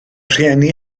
rhieni